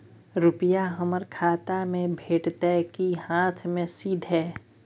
रुपिया हमर खाता में भेटतै कि हाँथ मे सीधे?